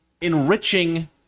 enriching